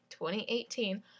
2018